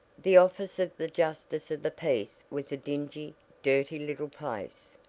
the office of the justice of the peace was a dingy, dirty little place.